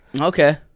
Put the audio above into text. okay